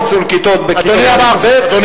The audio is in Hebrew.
פיצול כיתות בכיתות א' ב'.